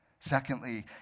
Secondly